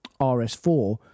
RS4